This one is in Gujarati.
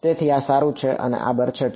તેથી આ સારું છે અને આ બરછટ છે